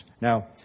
Now